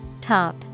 Top